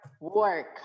work